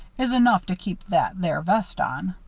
is enough to keep that there vest on.